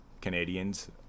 Canadians